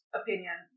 opinion